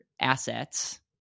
assets